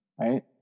Right